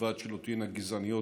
ובלבד שלא תהיינה גזעניות.